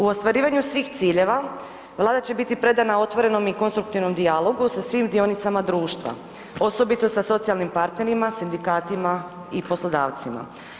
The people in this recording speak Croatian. U ostvarivanju svih ciljeva Vlada će biti predana otvorenom i konstruktivnom dijalogu sa svim dionicama društva osobito sa socijalnim partnerima, sindikatima i poslodavcima.